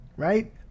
Right